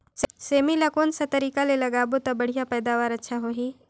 सेमी ला कोन सा तरीका ले लगाबो ता बढ़िया पैदावार अच्छा होही?